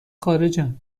خارجن